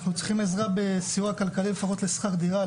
אנחנו צריכים עזרה בסיוע כלכלי לפחות לשכר דירה,